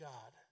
God